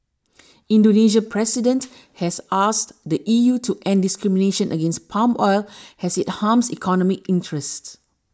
Indonesia's President has asked the E U to end discrimination against palm oil as it harms economic interests